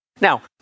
Now